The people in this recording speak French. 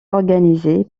organisé